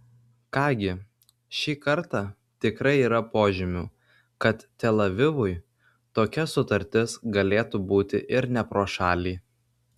ką gi šį kartą tikrai yra požymių kad tel avivui tokia sutartis galėtų būti ir ne pro šalį